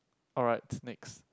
alright next